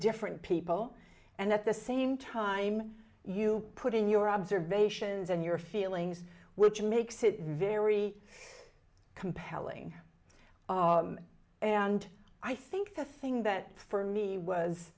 different people and at the same time you put in your observations and your feelings which makes it very compelling and i think the thing that for me was